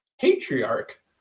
patriarch